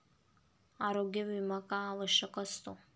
आरोग्य विमा का आवश्यक असतो?